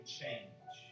change